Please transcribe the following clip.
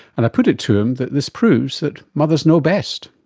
and i put it to him that this proves that mothers know best.